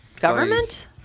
government